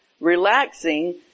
relaxing